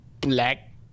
black